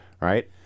right